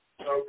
Okay